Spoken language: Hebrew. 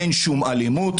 אין שום אלימות.